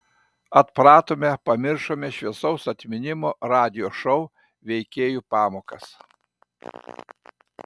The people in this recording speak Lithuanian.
atpratome pamiršome šviesaus atminimo radijo šou veikėjų pamokas